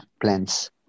plants